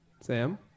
Sam